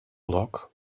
lock